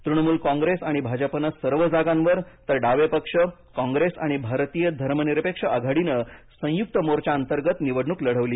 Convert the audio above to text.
तृणमूल काँग्रेस आणि भाजपने सर्व जागांवर तर दावे पक्ष काँग्रेस आणि भारतीय धर्मनिरपेक्ष आघाडीने संयुक्त मोर्चा अंतर्गत निवडणूक लढवली